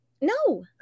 no